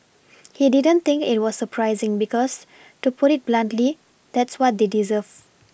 he didn't think it was surprising because to put it bluntly that's what they deserve